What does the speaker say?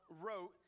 wrote